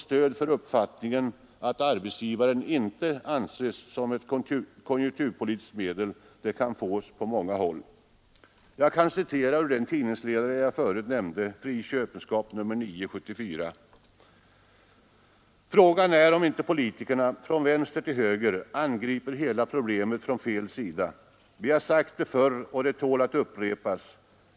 Stöd för uppfattningen att arbetsgivaravgiften kan anses som ett konjunkturpolitiskt medel kan fås från många håll. Jag kan citera ur ledaren i den tidning jag förut nämnt, nämligen Fri Köpenskap nr 9 år 1974: ”Frågan är om inte politikerna, från vänster till höger, angriper hela problemet från fel ända. Vi har sagt det förr och det tål att upprepas.